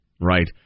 Right